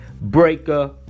Breaker